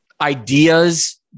ideas